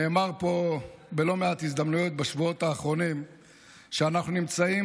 נאמר פה בלא מעט הזדמנויות בשבועות האחרונים שאנחנו נמצאים